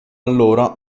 allora